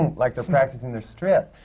and like they're practicing their strip.